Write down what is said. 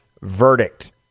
verdict